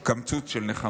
לפחות קמצוץ של נחמה.